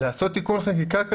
לעשות תיקון חקיקה?